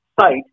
site